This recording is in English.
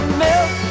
milk